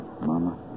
Mama